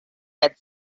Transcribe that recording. had